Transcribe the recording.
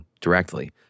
directly